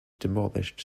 demolished